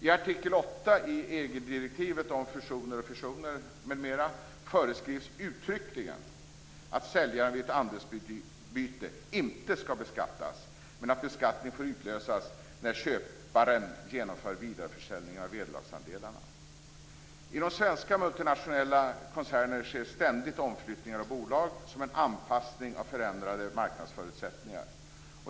I artikel 8 i EG-direktivet om fusioner m.m. föreskrivs uttryckligen att säljaren vid ett andelsbyte inte skall beskattas men att beskattning får utlösas när köparen genomför vidareförsäljning av vederlagsandelarna. I svenska multinationella koncerner sker ständigt omflyttningar av bolag som en anpassning av förändrade marknadsförutsättningar.